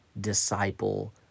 disciple